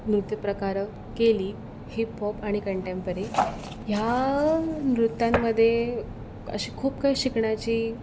नृत्यप्रकार केली हिपहॉप आणि कंटेम्परी ह्या नृत्यांमध्ये अशी खूप काय शिकण्याची